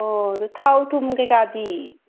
ꯑꯣ ꯑꯗꯣ ꯊꯥꯎ ꯊꯨꯝ ꯀꯔꯤ ꯀꯔꯥꯗꯤ